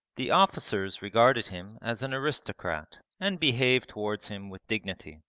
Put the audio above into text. the officers regarded him as an aristocrat and behaved towards him with dignity.